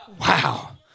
Wow